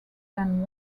than